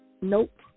nope